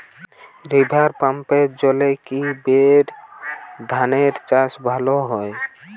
River পাম্পের জলে কি বোর ধানের চাষ ভালো হয়?